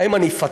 האם אני אפטר?